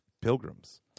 pilgrims